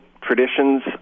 traditions